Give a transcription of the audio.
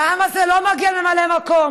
לעם הזה לא מגיע ממלא מקום,